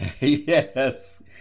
Yes